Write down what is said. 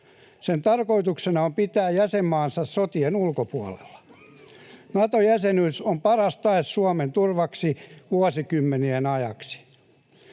Sen tarkoituksena on pitää jäsenmaansa sotien ulkopuolella. Nato-jäsenyys on paras tae Suomen turvaksi vuosikymmenien ajaksi.